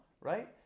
right